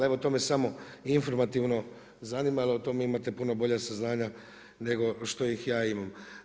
Evo to me samo informativno zanimalo, o tome imate puno bolja saznanja nego što ih ja imam.